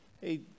hey